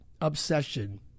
obsession